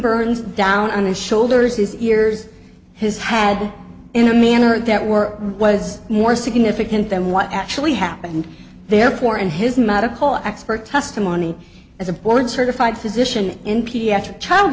burns down on his shoulders his ears his had in a manner that were was more significant than what actually happened therefore and his medical expert testimony as a board certified physician in pediatrics child